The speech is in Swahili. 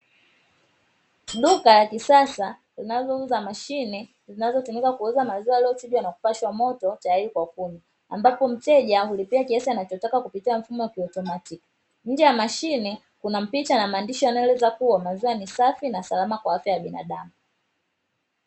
Duka la kisasa linalouza mashine zinazotumika kuuza maziwa yaliyochujwa na kupashwa moto tayari kwa kunywa, ambapo mteja hulipia kiasi anachotaka kupitia mfumo wa kiautomatiki, nje ya mashine kuna picha na maandishi yanayoelezea maziwa ni safi na salama kwa matumizi ya binadamu.